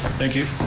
thank you.